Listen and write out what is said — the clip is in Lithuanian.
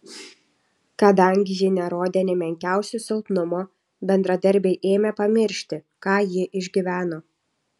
kadangi ji nerodė nė menkiausio silpnumo bendradarbiai ėmė pamiršti ką ji išgyveno